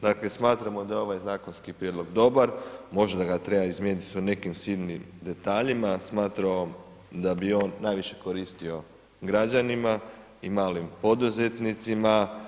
Dakle, smatramo da je ovaj zakonski prijedlog dobar, možda ga treba izmijeniti u nekim sitnim detaljima, smatramo da bi on najviše koristio građanima i malim poduzetnicima.